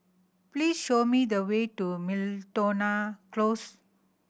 please show me the way to Miltonia Close